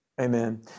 Amen